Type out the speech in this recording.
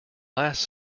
last